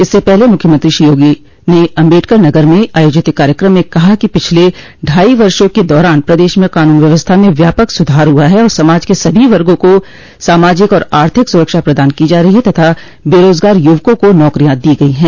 इससे पहले मुख्यमंत्री श्री योगी ने अम्बेडकर नगर में आयोजित एक कार्यक्रम में कहा कि पिछले ढाई वर्षो के दौरान प्रदेश में क़ानून व्यवस्था में व्यापक सुधार हुआ है और समाज के सभी वर्गो को सामाजिक और आर्थिक सुरक्षा प्रदान की जा रही है तथा बेरोज़गार युवकों को नौकरियां दी गई हैं